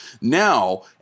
Now